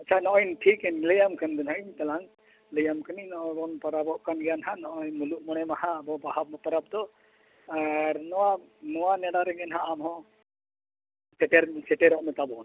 ᱟᱪᱪᱷᱟ ᱱᱚᱜᱼᱚᱸᱭ ᱴᱷᱤᱠ ᱤᱧ ᱞᱟᱹᱭ ᱟᱢ ᱠᱟᱱ ᱫᱚ ᱱᱟᱦᱟᱜ ᱛᱟᱞᱟᱝ ᱞᱟᱹᱭ ᱟᱢ ᱠᱟᱹᱱᱟᱹᱧ ᱱᱚᱜᱼᱚᱸᱭ ᱵᱚᱱ ᱯᱚᱨᱚᱵᱚᱜ ᱠᱟᱱ ᱜᱮᱭᱟᱜ ᱱᱟᱦᱟᱜ ᱱᱚᱜᱼᱚᱸᱭ ᱢᱩᱞᱩᱜ ᱢᱚᱬᱮ ᱢᱟᱦᱟ ᱟᱵᱚ ᱵᱟᱦᱟ ᱯᱚᱨᱚᱵᱽ ᱫᱚ ᱟᱨ ᱱᱚᱣᱟ ᱱᱚᱣᱟ ᱱᱮᱰᱟ ᱨᱮᱜᱮ ᱱᱟᱦᱟᱜ ᱟᱢ ᱦᱚᱸ ᱥᱮᱴᱮᱨ ᱥᱮᱴᱮᱨᱚᱜ ᱢᱮ ᱛᱟᱵᱚᱱ